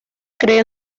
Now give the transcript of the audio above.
cree